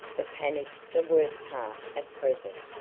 the panic's the worst part at present,